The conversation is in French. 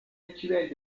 actuelle